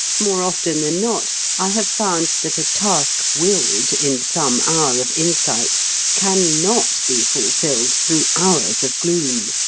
more often than not i have found that a task willed in some hour of insight can not be fulfilled through hours of gloom.